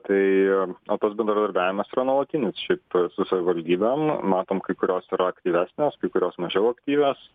tai o tas bendradarbiavimas yra nuolatinis šiaip su savivaldybėm matom kai kurios yra aktyvesnės kai kurios mažiau aktyvios